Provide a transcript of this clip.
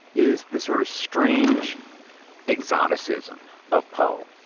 is the sort of strange exoticism of poe.